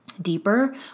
deeper